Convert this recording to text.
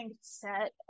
set